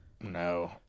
No